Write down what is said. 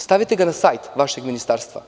Stavite ga na sajt vašeg ministarstva.